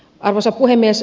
arvoisa puhemies